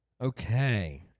Okay